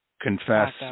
confess